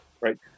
Right